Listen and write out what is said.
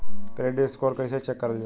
Credit score कइसे check करल जायी?